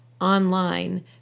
online